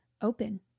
open